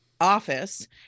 office